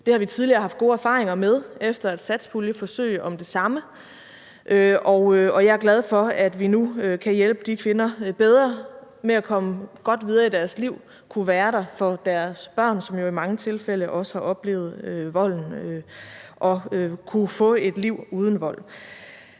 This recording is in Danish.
Det har vi tidligere haft gode erfaringer med efter satspuljeforsøg om det samme. Jeg er glad for, at vi nu kan hjælpe de kvinder bedre med at komme godt videre i deres liv og kunne være der for deres børn – som jo i mange tilfælde også har oplevet volden – og kunne få et liv uden vold.